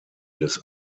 des